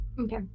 Okay